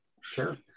Sure